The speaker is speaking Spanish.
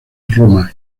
roma